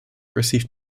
received